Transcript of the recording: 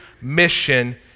mission